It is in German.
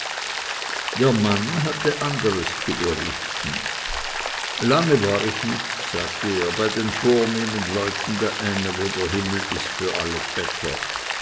der mann hatte anderes zu berichten lange war ich nicht sagte er bei den vornehmen leuten da äne wo der himmel ist für alle bettler